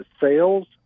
sales